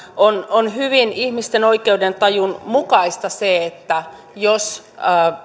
on on hyvin ihmisten oikeudentajun mukaista se että jos